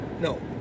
No